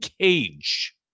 cage